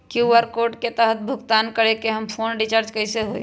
QR code के तहद भुगतान करके हम फोन रिचार्ज कैसे होई?